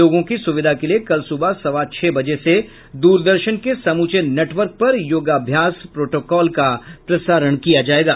लोगों की सुविधा के लिए कल सुबह सवा छह बजे से द्रदर्शन के समूचे नेटवर्क पर योगाभ्यास प्रोटोकॉल का प्रसारण किया जायेगा